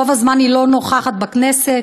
רוב הזמן היא לא נוכחת בכנסת,